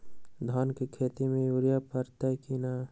धान के खेती में यूरिया परतइ कि न?